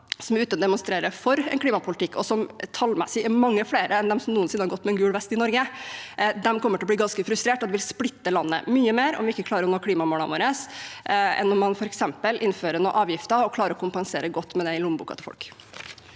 som er ute og demonstrerer for en klimapolitikk, og som tallmessig er mange flere enn dem som noensinne har gått med en gul vest i Norge, kommer til å bli ganske frustrert og vil splitte landet mye mer om vi ikke klarer å nå klimamålene våre, enn om man f.eks. innfører noen avgifter og klarer å kompensere godt for det i lommeboka til folk.